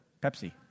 Pepsi